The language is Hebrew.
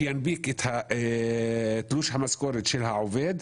שינפיק את תלוש המשכורת של העובד,